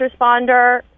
responder